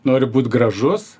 noriu būt gražus